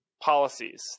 policies